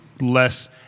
less